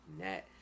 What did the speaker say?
net